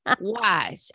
Watch